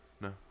No